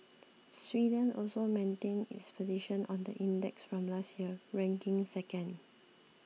Sweden also maintained its position on the index from last year ranking second